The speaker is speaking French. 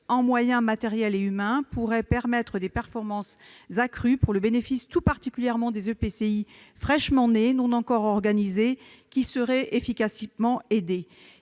en moyens matériels et humains pourraient permettre des performances accrues, au bénéfice tout particulièrement des EPCI fraîchement nés, non encore organisés, qui seraient efficacement aidés.